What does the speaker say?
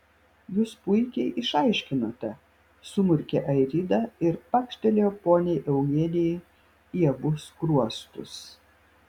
jūs puikiai išaiškinote sumurkė airida ir pakštelėjo poniai eugenijai į abu skruostus